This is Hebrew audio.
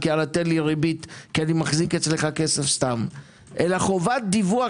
- תן לי ריבית כי אני מחזיק אצלך כסף סתם אלא חובת דיווח